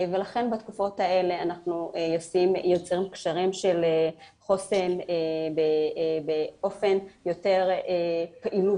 בתקופות האלה אנחנו יוצרים קשרים של חוסן באופן של יותר פעילות,